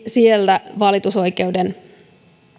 siellä valitusoikeuden